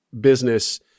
business